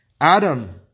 Adam